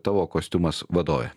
tavo kostiumas vadovė